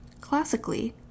Classically